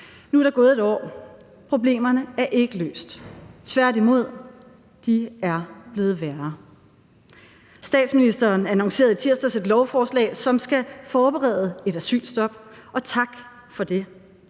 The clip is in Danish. Nu er der gået et år, og problemerne er ikke løst, tværtimod er de blevet værre. Og statsministeren annoncerede i tirsdags et lovforslag, som skal forberede et asylstop, og tak for det,